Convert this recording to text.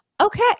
okay